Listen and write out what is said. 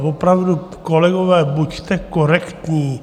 Opravdu, kolegové, buďte korektní!